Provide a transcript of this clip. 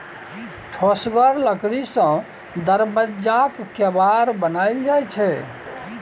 ठोसगर लकड़ी सँ दरबज्जाक केबार बनाएल जाइ छै